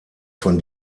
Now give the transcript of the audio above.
von